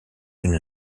une